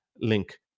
link